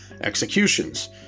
Executions